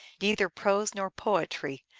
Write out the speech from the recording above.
neither prose nor poetry,